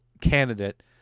candidate